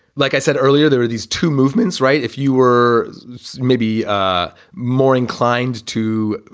like i said earlier, there are these two movements, right? if you were maybe more inclined to.